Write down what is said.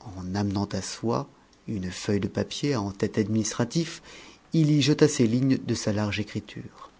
en amenant à soi une feuille de papier à en tête administratif il y jeta ces lignes de sa large écriture